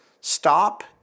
Stop